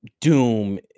doom